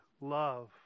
love